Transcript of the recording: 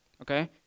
okay